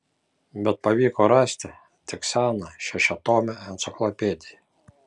bet pavyko rasti tik seną šešiatomę enciklopediją